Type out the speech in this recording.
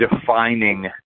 defining